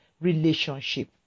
relationship